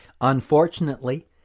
Unfortunately